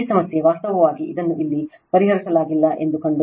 ಈ ಸಮಸ್ಯೆ ವಾಸ್ತವವಾಗಿ ಇದನ್ನು ಇಲ್ಲಿ ಪರಿಹರಿಸಲಾಗಿಲ್ಲ ಎಂದು ಕಂಡುಕೊಳ್ಳುತ್ತದೆ